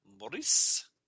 Morris